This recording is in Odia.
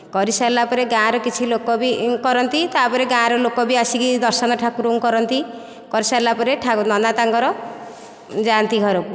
କରିସାରିଲାପରେ ଗାଁର କିଛି ଲୋକ ବି କରନ୍ତି ତା'ପରେ ଗାଁର ଲୋକ ବି ଆସିକି ଦର୍ଶନ ଠାକୁରଙ୍କୁ କରନ୍ତି କରିସାରିଲା ପରେ ନନା ତାଙ୍କର ଯାଆନ୍ତି ଘରକୁ